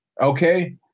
Okay